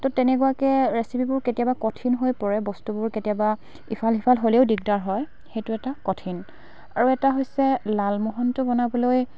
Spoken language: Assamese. তো তেনেকুৱাকৈ ৰেচিপিবোৰ কেতিয়াবা কঠিন হৈ পৰে বস্তুবোৰ কেতিয়াবা ইফাল সিফাল হ'লেও দিকদাৰ হয় সেইটো এটা কঠিন আৰু এটা হৈছে লালমোহনটো বনাবলৈ